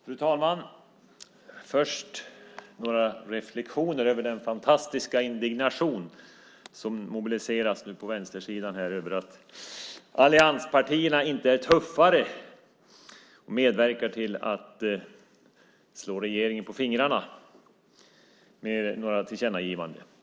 Fru talman! Först har jag några reflexioner över den fantastiska indignation som nu mobiliseras på vänstersidan över att allianspartierna inte är tuffare och medverkar till att slå regeringen på fingrarna med några tillkännagivanden.